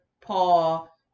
Paul